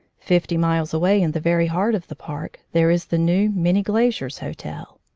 fifty miles away in the very heart of the park there is the new many glaciers hotel.